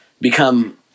become